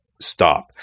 stop